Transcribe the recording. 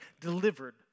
delivered